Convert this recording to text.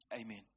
amen